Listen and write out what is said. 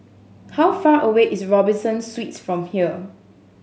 how far away is Robinson Suites from here